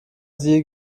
sie